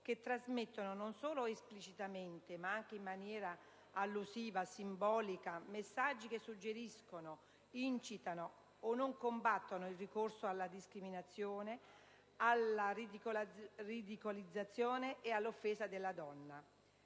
che trasmettono, non solo esplicitamente ma anche in maniera allusiva, simbolica, messaggi che suggeriscono, incitano o non combattono il ricorso alla discriminazione, alla ridicolizzazione e all'offesa delle donne.